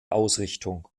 ausrichtung